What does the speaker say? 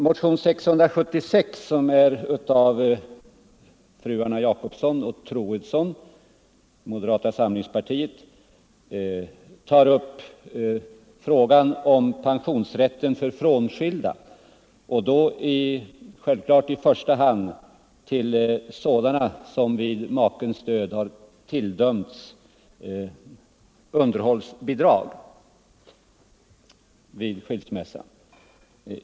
Motion 676 av fru Jacobsson och fru Troedsson, moderata samlingspartiet, tar upp frågan om pensionsrätt för frånskilda och då i första hand pensionsrätt för dem som tilldömts underhållsbidrag vid skilsmässan.